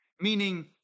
Meaning